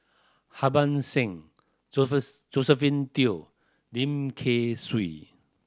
Harban Singh Josephine Teo Lim Kay Siu